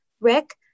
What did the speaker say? Rick